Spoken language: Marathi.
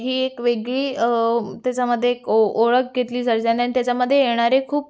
ही एक वेगळी त्याच्यामध्ये ओ ओळख घेतली जाईल आणि त्याच्यामध्ये येणारे खूप